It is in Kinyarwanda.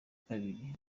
kabiri